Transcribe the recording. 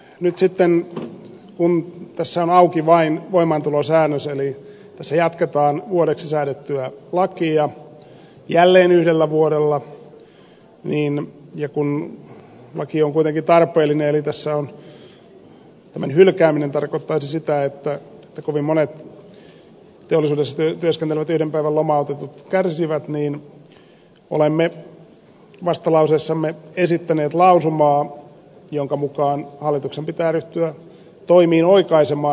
nyt kun tässä on auki vain voimaantulosäännös eli tässä jatketaan vuodeksi säädettyä lakia jälleen yhdellä vuodella ja kun laki on kuitenkin tarpeellinen ja tämän hylkääminen tarkoittaisi sitä että kovin monet teollisuudessa työskentelevät yhden päivän lomautetut kärsisivät olemme vastalauseessamme esittäneet lausumaa jonka mukaan hallituksen pitää ryhtyä toimiin oikaisema